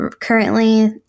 currently